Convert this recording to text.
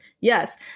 yes